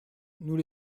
nous